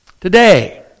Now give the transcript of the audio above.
Today